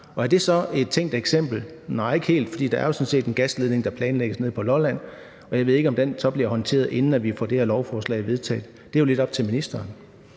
er det så et tænkt eksempel? Nej, ikke helt, for der er jo sådan set en gasledning, der planlægges nede på Lolland, og jeg ved ikke, om den så bliver håndteret, inden vi får det her lovforslag vedtaget. Det er jo lidt op til ministeren,